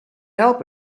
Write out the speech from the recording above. help